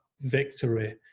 victory